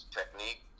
technique